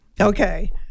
Okay